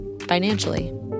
financially